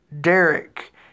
Derek